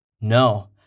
No